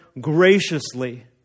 graciously